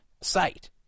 site